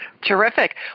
Terrific